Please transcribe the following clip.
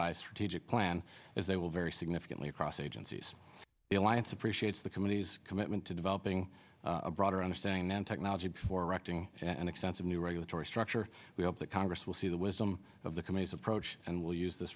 a strategic plan as they will vary significantly across agencies the alliance appreciates the communities commitment to developing a broader understanding than technology before acting and extensive new regulatory structure we hope that congress will see the wisdom of the committee's approach and will use th